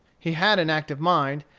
he had an active mind,